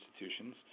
institutions